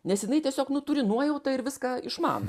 nes jinai tiesiog nu turi nuojautą ir viską išmano